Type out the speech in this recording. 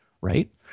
right